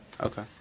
Okay